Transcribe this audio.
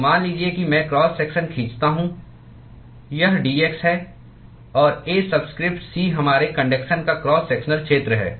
तो मान लीजिए कि मैं क्रॉस सेक्शन खींचता हूं यह dx है और A सबस्क्रिप्ट c हमारे कन्डक्शन का क्रॉस सेक्शनल क्षेत्र है